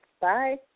Bye